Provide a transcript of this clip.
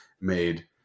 made